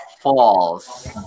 False